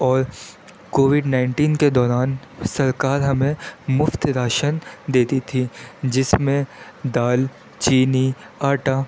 اور Covid nineteen کے دوران سرکار ہمیں مفت راشن دیتی تھی جس میں دال چینی آٹا